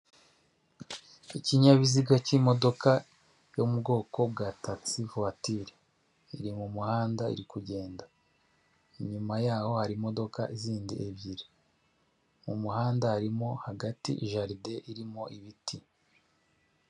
Ikinyabiziga k'imodoka yo mu bwoko bwa tagisi vatiri, iri mu muhanda iri kugenda, inyuma yaho hari imodoka zindi ebyiri, mu muhanda harimo hagati jaride irimo ibiti.